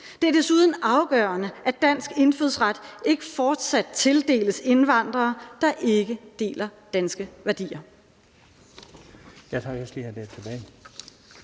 Det er desuden altafgørende, at dansk indfødsret ikke fortsat tildeles indvandrere, der ikke deler danske værdier.«